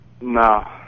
no